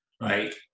Right